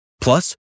Plus